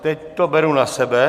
Teď to beru na sebe.